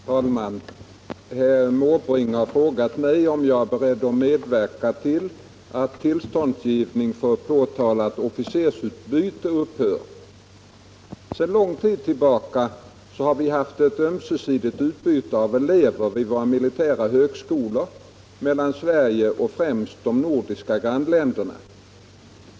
Herr talman! Herr Måbrink har frågat mig om jag är beredd att medverka till att tillståndsgivning för påtalat officersutbyte upphör. Sedan lång tid tillbaka har vi haft ett ömsesidigt utbyte av elever vid militära högskolor mellan Sverige och främst de nordiska grannländerna.